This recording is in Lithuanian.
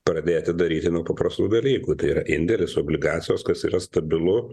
pradėti daryti nuo paprastų dalykų tai yra indėlis obligacijos kas yra stabilu